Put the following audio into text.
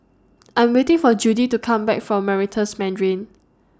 I'm waiting For Judie to Come Back from Meritus Mandarin